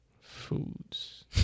Foods